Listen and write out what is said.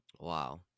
Wow